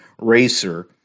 racer